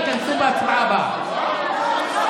ייכנסו בהצבעה הבאה.